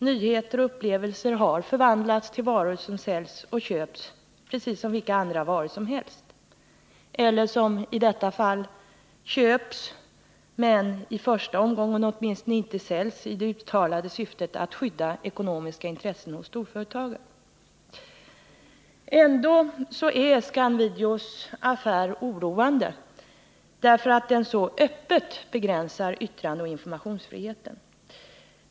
Nyheter och upplevelser har förvandlats till varor som säljs och köps precis som vilka andra varor som helst eller som, liksom i detta fall, köps men som åtminstone i första omgången inte säljs i det uttalade syftet att skydda storföretagens ekonomiska intressen. Ändå är Scand-Videos affär oroande, därför att den så öppet begränsar yttrandeoch informationsfriheten.